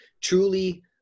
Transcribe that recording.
Truly